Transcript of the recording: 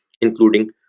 including